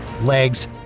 legs